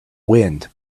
wind